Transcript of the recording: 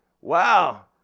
Wow